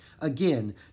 Again